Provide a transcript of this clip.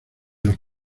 los